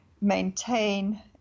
maintain